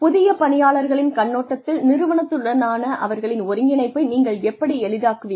புதிய பணியாளர்களின் கண்ணோட்டத்தில் நிறுவனத்துடனான அவர்களின் ஒருங்கிணைப்பை நீங்கள் எப்படி எளிதாக்குவீர்கள்